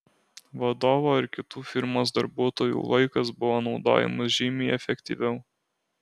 vadovo ir kitų firmos darbuotojų laikas buvo naudojamas žymiai efektyviau